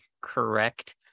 correct